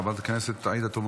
חברת הכנסת עאידה תומא